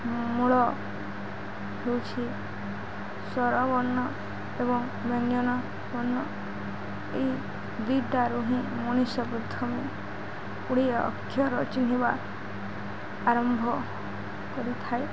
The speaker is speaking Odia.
ମୂଳ ହେଉଛି ସ୍ୱରବର୍ଣ୍ଣ ଏବଂ ବ୍ୟଞ୍ଜନ ବର୍ଣ୍ଣ ଏହି ଦୁଇଟାରୁ ହିଁ ମଣିଷ ପ୍ରଥମେ ଗୁଡ଼ିଏ ଅକ୍ଷର ଚିହ୍ନିବା ଆରମ୍ଭ କରିଥାଏ